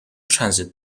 transit